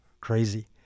Crazy